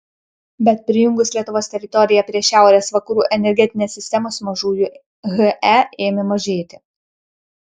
bet prijungus lietuvos teritoriją prie šiaurės vakarų energetinės sistemos mažųjų he ėmė mažėti